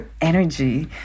energy